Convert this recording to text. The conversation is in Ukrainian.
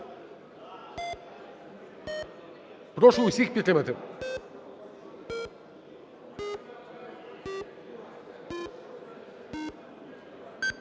Прошу всіх підтримати.